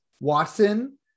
Watson